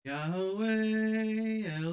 Yahweh